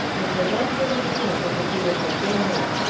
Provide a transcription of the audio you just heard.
and will then give an account of the jewish affairs.